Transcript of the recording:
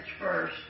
first